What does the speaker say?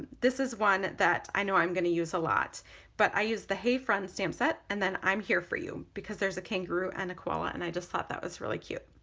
this is one that i know i'm gonna use a lot but i use the hey friend stamp and then i'm here for you because there's a kangaroo and a koala and i just thought that was really cute.